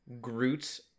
Groot